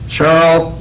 Charles